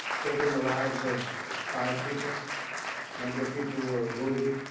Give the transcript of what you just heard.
taking the lives of five people. a number of people were wounded,